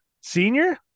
Senior